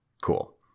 Cool